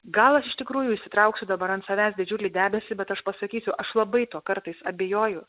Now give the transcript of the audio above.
gal aš iš tikrųjų užsitrauksiu dabar ant savęs didžiulį debesį bet aš pasakysiu aš labai tuo kartais abejoju